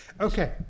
Okay